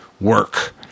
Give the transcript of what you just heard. work